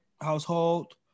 household